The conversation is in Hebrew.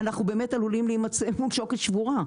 אנחנו באמת עלולים להימצא מול שוקת שבורה,